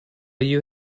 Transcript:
you